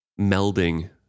melding